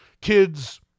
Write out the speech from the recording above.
kids